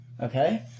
Okay